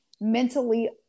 mentally